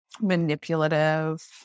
manipulative